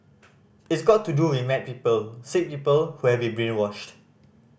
it's got to do with mad people sick people who have been brainwashed